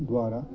द्वारा